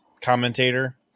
commentator